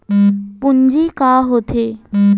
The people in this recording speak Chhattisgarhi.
पूंजी का होथे?